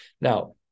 Now